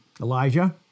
Elijah